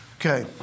Okay